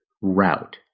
route